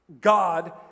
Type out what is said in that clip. God